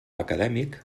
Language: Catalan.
acadèmic